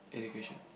education